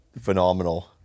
phenomenal